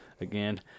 again